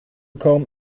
kaum